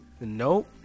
Nope